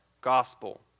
gospel